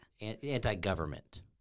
Anti-government